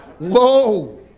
whoa